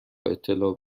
اطلاع